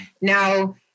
Now